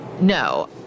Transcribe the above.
No